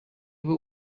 nabo